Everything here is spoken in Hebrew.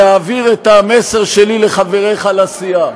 להעביר את המסר שלי לחבריך לסיעה.